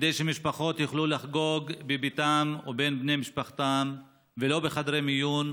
כדי שמשפחות יוכלו לחגוג בביתן ובין בני משפחתן ולא בחדרי מיון,